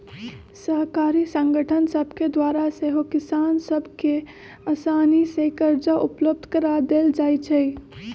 सहकारी संगठन सभके द्वारा सेहो किसान सभ के असानी से करजा उपलब्ध करा देल जाइ छइ